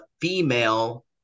female